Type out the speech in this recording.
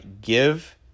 give